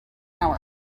hour